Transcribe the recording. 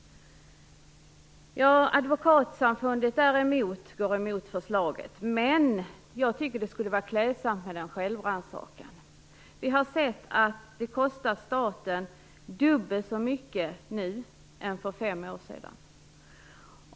Advokatsamfundet går emot det här förslaget, men jag tycker att det skulle vara klädsamt med litet självrannsakan. Vi har sett att kostnaden för staten nu är dubbelt så hög som för fem år sedan.